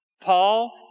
Paul